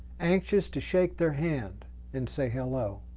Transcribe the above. anxious to shake their hand and say hello.